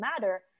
matter